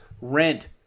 rent